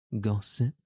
gossip